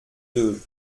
deux